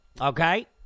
Okay